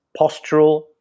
postural